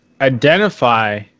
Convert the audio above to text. identify